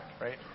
right